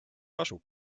asub